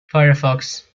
firefox